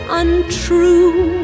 untrue